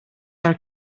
are